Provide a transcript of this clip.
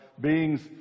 beings